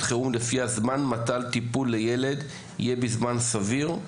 חירום לפיה זמן מתן טיפול לילד יהיה בזמן סביר.